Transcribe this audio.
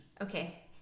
Okay